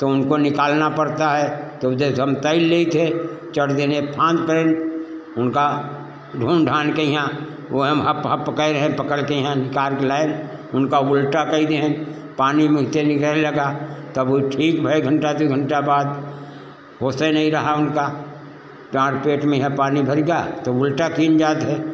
तो उनको निकालना पड़ता है तो जैसे हम तेर लेइत है चढ़ जने फांद परेन उनका ढूंढ ढांढ के हियाँ उहै में हप्प हप्प कै रहें पकड़ के हियाँ निकार के लाएन उनका उल्टा कइ दिहेन पानी में मुँहे ते निकरे लगा तब ऊ ठीक भै घंटा दुइ घंटा बाद होसे नहीं रहा उनका प्राण पेट में है पानी भर गा तो उल्टा कीन जात है